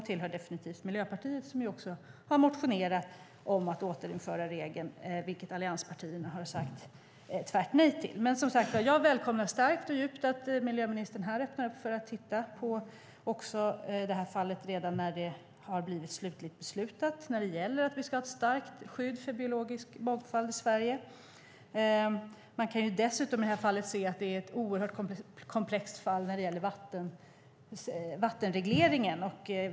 Dit hör också Miljöpartiet, som har motionerat om att återinföra regeln, vilket dock allianspartierna har sagt tvärt nej till. Jag välkomnar att miljöministern här öppnar för att se över det här fallet när det har blivit slutligt beslutat. Det handlar om att vi ska ha ett starkt skydd för biologisk mångfald i Sverige. Det här fallet är också komplext när det gäller vattenregleringen.